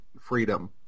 freedom